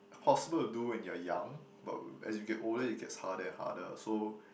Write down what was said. possible to do when you are young but as you get older it gets harder and harder so